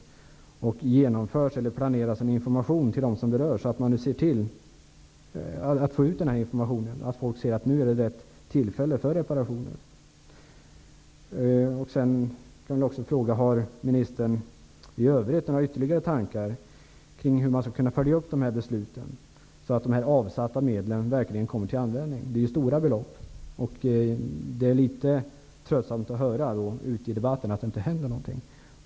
Genomförs ett informationsarbete eller planeras information till dem som berörs, så att människor ser att det nu är rätt tillfälle att göra reparationer? Vidare skulle jag vilja fråga: Har ministern i övrigt ytterligare tankar kring hur man skall kunna följa upp fattade beslut, så att avsatta medel verkligen kommer till användning? Det rör sig ju om stora belopp. Dessutom är det litet tröttsamt att höra i debatten att det inte händer någonting.